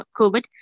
COVID